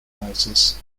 diagnosis